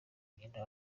nyina